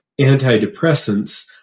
antidepressants